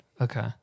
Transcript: Okay